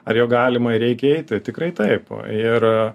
ar juo galima ir reikia eiti tikrai taip ir